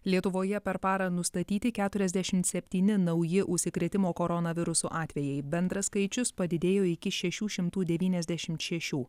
lietuvoje per parą nustatyti keturiasdešimt septyni nauji užsikrėtimo koronavirusu atvejai bendras skaičius padidėjo iki šešių šimtų devyniasdešimt šešių